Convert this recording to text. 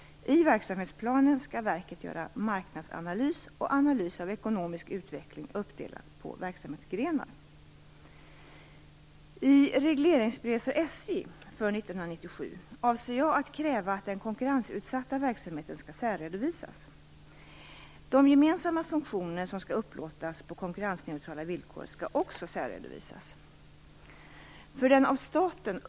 I verksamhetsplanen skall verket göra marknadsanalys och analys av ekonomisk utveckling uppdelat på verksamhetsgrenar. I regleringsbrev för SJ för 1997 avser jag att kräva att den konkurrensutsatta verksamheten särredovisas. De gemensamma funktioner som skall upplåtas på konkurrensneutrala villkor skall också särredovisas.